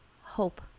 hope